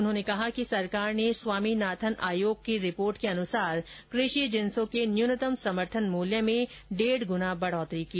उन्होंने कहा कि सरकार ने स्वामीनाथन आयोग कि रिंपोर्ट के अनुसार कृषि जिन्सों के न्यूनतम समर्थन मूल्य में डेढ़ गुना बढ़ोतरी की